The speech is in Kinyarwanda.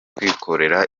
kwikorera